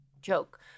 joke